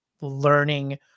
learning